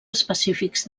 específics